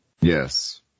Yes